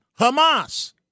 Hamas